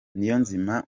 niyonzima